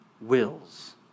wills